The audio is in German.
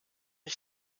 ich